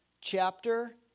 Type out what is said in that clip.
chapter